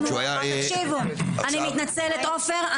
תקשיבו, אני מתנצלת, עופר.